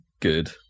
good